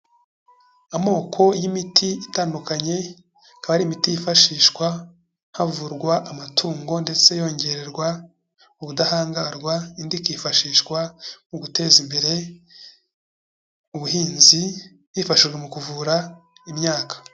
Amoko y'imiti itandukanye, akaba ari imiti yifashishwa havurwa amatungo ndetse yongererwa ubudahangarwa, indi ikifashishwa mu guteza imbere, ubuhinzi hifashishijwe mu kuvura imyaka.